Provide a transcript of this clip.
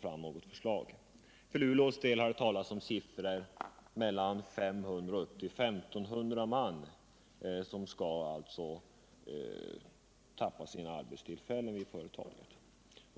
framtiden. För Luleås del har det talats om att mellan 500 och upp till 1500 man riskerar att mista sina arbeten.